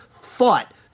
fought